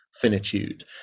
finitude